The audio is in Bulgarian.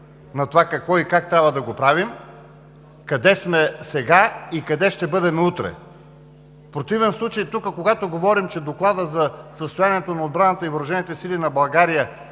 на това какво и как трябва да го правим, къде сме сега и къде ще бъдем утре. В противен случай тук, когато говорим, че Докладът за състоянието на отбраната и въоръжените сили на България